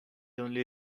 only